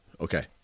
Okay